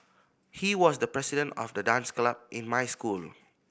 he was the president of the dance club in my school